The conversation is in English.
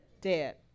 dead